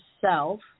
self